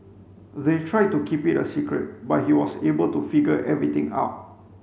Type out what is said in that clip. they tried to keep it a secret but he was able to figure everything out